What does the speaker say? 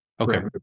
Okay